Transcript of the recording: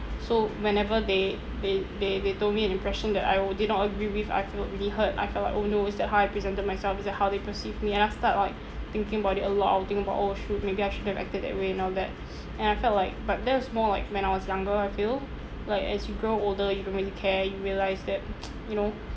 so whenever they they they they told me an impression that I would did not agree with I feel really hurt I felt like oh no is that how I presented myself is that how they perceive me and I start like thinking about it a lot I will think about oh shoot maybe I should have acted that way and all that and I felt like but that was more like when I was younger I feel like as you grow older you don't really care you realised that you know